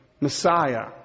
Messiah